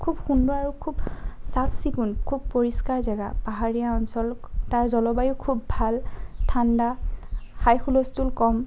খুব সুন্দৰ আৰু খুব চাফ চিকুণ খুব পৰিষ্কাৰ জেগা পাহাৰীয়া অঞ্চল তাৰ জলবায়ু খুব ভাল ঠাণ্ডা হাই হুলস্থুল কম